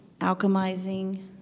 alchemizing